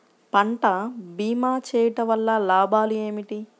పంట భీమా చేయుటవల్ల లాభాలు ఏమిటి?